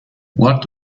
what